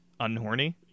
unhorny